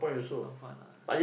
no point lah